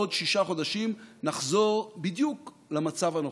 ובעוד שישה חודשים נחזור בדיוק למצב הנוכחי.